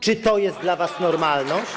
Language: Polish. Czy to jest dla was normalność?